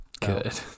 Good